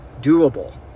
doable